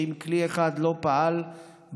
כדי שאם כלי אחד לא פעל בהגנה,